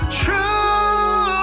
true